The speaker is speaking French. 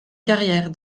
carrière